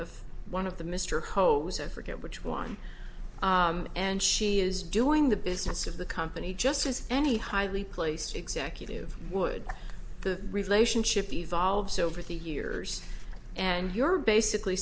of one of the mr hope was a forget which one and she is doing the business of the company just as any highly placed executive would the relationship evolves over the years and you're basically